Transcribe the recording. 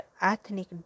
ethnic